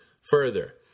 Further